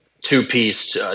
two-piece